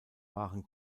waren